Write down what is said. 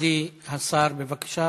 מכובדי השר כץ